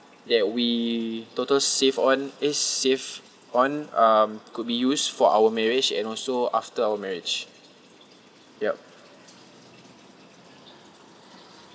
that we total saved on eh save on um could be used for our marriage and also after our marriage yup